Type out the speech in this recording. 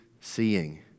seeing